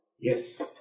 Yes